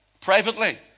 Privately